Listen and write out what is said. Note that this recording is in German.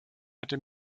hätte